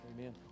Amen